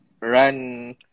run